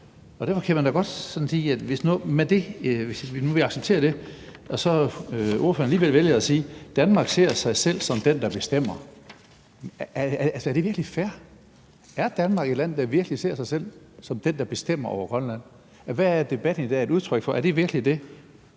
Derfor kan man da godt spørge, hvis nu vi accepterer det og ordføreren så alligevel vælger at sige: Danmark ser sig selv som den, der bestemmer. Er det virkelig fair? Er Danmark et land, der virkelig ser sig selv som den, der bestemmer over Grønland? Hvad er debatten i dag et udtryk for? Er det virkelig det?